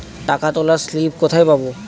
টাকা তোলার স্লিপ কোথায় পাব?